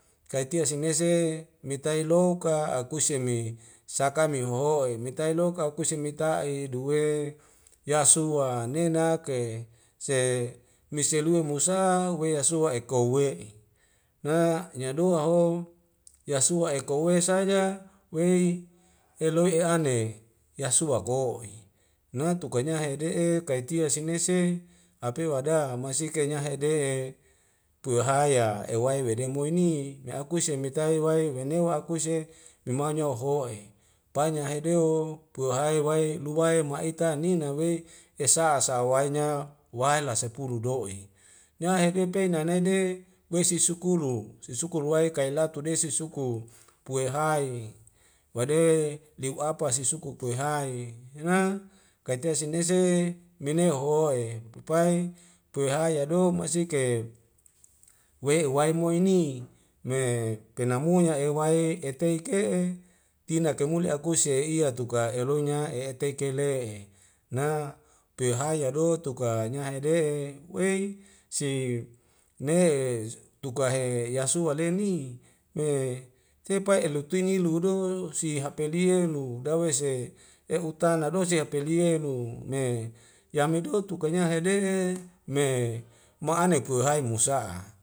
Kaitia sinese mitai louka akuse mi saka mi hoho'e mitai loka akusi mita'i duwe yasua nenak ke se miselua musa we asua eko we'i na nyadoa ho yasua eko we saja wei eloi e'ane yasua ko'i na tuka nya hede'e kaitia senese apewada masike kanyahe hede'e puwahaya ewae wede moini meiakuse metai wai wenewa akuise memaunya hoho'e painya hedeu o puihai wai lubai ma'ita nina wei esa sa wainya waila sepulu do'e nyahede peina naidei weisisukulu sisukulu wae kaillatu desi suku puehai wade liu apa sisuku puehai hena kaite sinese mene' hoho'e pupai puehaya do ma'asike wei uwai mo ini me penamunya ewai etei ke'e tina kaimuli akuise iya tuka eloinya e'etei kele na pehaya do tuka nyahe de'e wei si ne'e tuka he yasualeni me tepai elutuinilu do sihapelie lu dawese ye utana dosi apelie lu me yamido tukanya hede'e me ma'ane pui hai musa'a